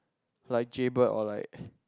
like Jaybird or like